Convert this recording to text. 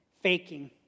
faking